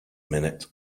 minute